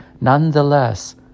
nonetheless